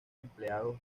empleados